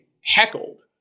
heckled